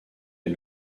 est